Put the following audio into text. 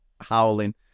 howling